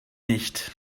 nicht